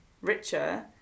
richer